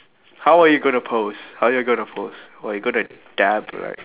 how are you gonna pose how are you gonna pose what you're gonna dab right